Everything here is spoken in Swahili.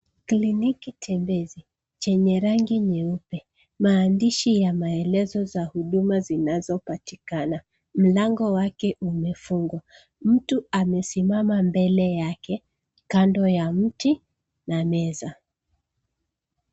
Kliniki tembezi chenye rangi nyeupe. Maandishi ya maelezo za huduma zinazopatikana. Mlango wake umefungwa. Mtu amesimama mbele yake kando ya mti na meza.